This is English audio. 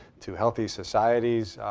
to healthy societies,